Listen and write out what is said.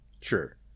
Sure